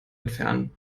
entfernen